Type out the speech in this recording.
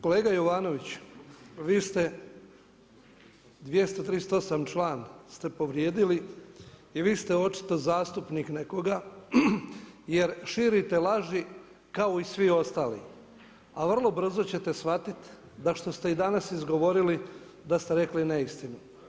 Kolega Jovanović, vi ste 238 član ste povrijedili i vi ste očito zastupnik nekoga jer širite laži kao i svi ostali, a vrlo brzo ćete shvatiti da što ste i danas izgovorili, da ste rekli neistinu.